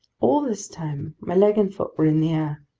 all this time, my leg and foot were in the air.